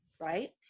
right